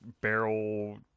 barrel